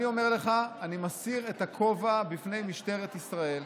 אני אומר לך, אני מסיר את הכובע בפני משטרת ישראל,